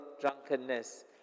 drunkenness